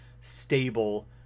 stable